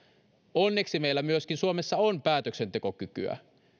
onneksi meillä myöskin suomessa on päätöksentekokykyä